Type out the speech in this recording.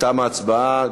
תמה ההצבעה.